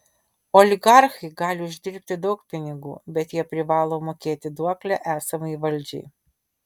oligarchai gali uždirbti daug pinigų bet jie privalo mokėti duoklę esamai valdžiai